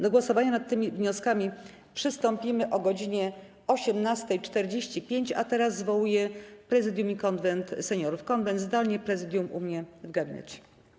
Do głosowania nad tymi wnioskami przystąpimy o godz. 18.45, a teraz zwołuję Prezydium i Konwent Seniorów, Konwent - zdalnie, Prezydium - u mnie w gabinecie.